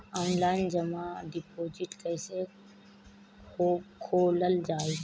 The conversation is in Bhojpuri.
आनलाइन जमा डिपोजिट् कैसे खोलल जाइ?